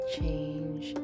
change